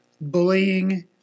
bullying